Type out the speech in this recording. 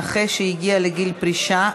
נכה שהגיע לגיל פרישה),